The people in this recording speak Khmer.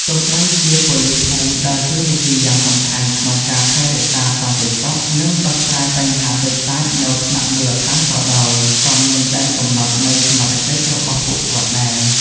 ទោះបីជាប៉ូលីសភូមិដើរតួនាទីយ៉ាងសំខាន់ក្នុងការថែរក្សាសន្តិសុខ និងដោះស្រាយបញ្ហាតូចតាចនៅថ្នាក់មូលដ្ឋានក៏ដោយ ក៏មានដែនកំណត់នៃសមត្ថកិច្ចរបស់ពួកគាត់ដែរ។